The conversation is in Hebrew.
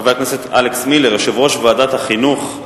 חבר הכנסת אלכס מילר, יושב-ראש ועדת החינוך,